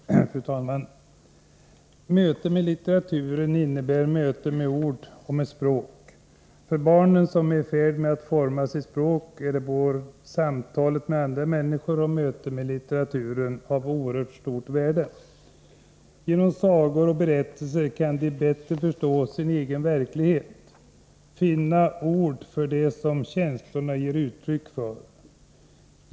Fru talman! Möte med litteraturen innebär möte med ord och med språk. För barnen, som är i färd med att forma sitt språk, är både samtalet med andra människor och mötet med litteraturen av oerhört stort värde. Genom sagor och berättelser kan de bättre förstå sin egen verklighet, finna ord för det som känslorna ger uttryck för.